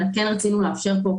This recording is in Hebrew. רצינו לאפשר פה,